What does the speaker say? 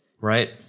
Right